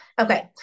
Okay